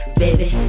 baby